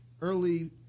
early